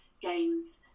games